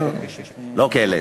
לא כלא,